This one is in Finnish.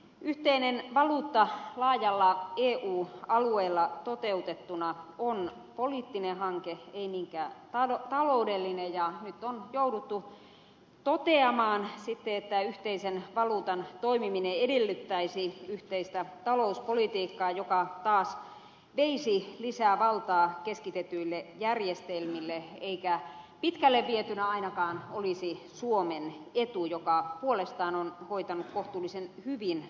yhteinen valuutta laajalla eu alueella toteutettuna on poliittinen hanke ei niinkään taloudellinen ja nyt on jouduttu toteamaan sitten että yhteisen valuutan toimiminen edellyttäisi yhteistä talouspolitiikkaa joka taas veisi lisää valtaa keskitetyille järjestelmille eikä pitkälle vietynä ainakaan olisi suomen etu joka puolestaan on hoitanut kohtuullisen hyvin asiansa